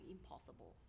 Impossible